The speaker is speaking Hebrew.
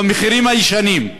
במחירים הישנים,